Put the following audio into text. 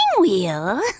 wheel